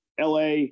LA